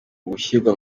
gushyira